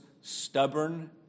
stubborn